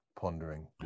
pondering